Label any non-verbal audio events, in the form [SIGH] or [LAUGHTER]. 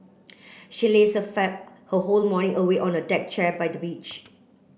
she laze a fan her whole [UNINTELLIGIBLE] morning away on a deck chair by the beach